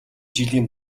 жилийн